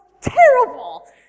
terrible